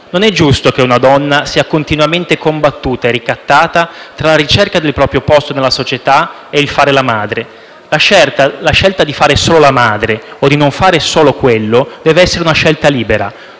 Non è giusto che una donna sia continuamente combattuta e ricattata tra la ricerca del proprio posto nella società e il fare la madre. La scelta di fare solo la madre o di non fare solo quello deve essere una scelta libera;